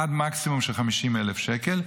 עד מקסימום של 50,000 שקל,